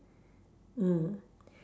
mm